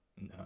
No